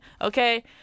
Okay